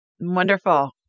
Wonderful